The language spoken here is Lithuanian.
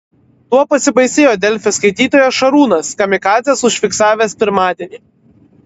tuo pasibaisėjo delfi skaitytojas šarūnas kamikadzes užfiksavęs pirmadienį